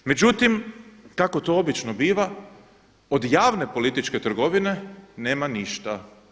Međutim, kako to obično biva od javne političke trgovine nema ništa.